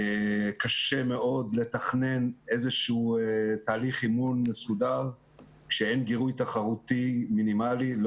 קשה מאוד לתכנן איזה תהליך אימון מסודר כשאין גירוי תחרותי מינימאלי,